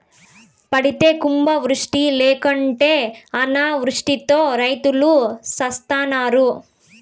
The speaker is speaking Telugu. పడితే కుంభవృష్టి లేకుంటే అనావృష్టితో రైతులు సత్తన్నారు